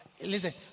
Listen